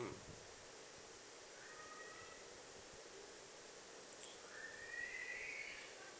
um